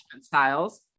styles